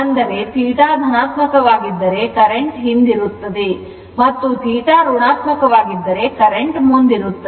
ಅಂದರೆ θ ಧನಾತ್ಮಕವಾಗಿದ್ದರೆ ಕರೆಂಟ್ ಹಿಂದಿರುತ್ತದೆ ಮತ್ತು θ ಋಣಾತ್ಮಕವಾಗಿದ್ದರೆ ಕರೆಂಟ್ ಮುಂದಿರುತ್ತದೆ